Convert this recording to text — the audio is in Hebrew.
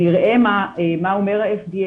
נראה מה אומר על כך ה-FDA,